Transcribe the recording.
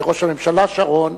ראש הממשלה שרון,